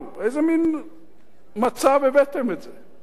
לאיזה מין מצב הבאתם את זה?